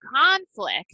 conflict